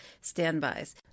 standbys